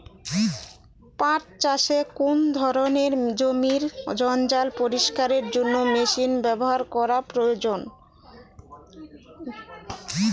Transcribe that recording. পাট চাষে কোন ধরনের জমির জঞ্জাল পরিষ্কারের জন্য মেশিন ব্যবহার করা প্রয়োজন?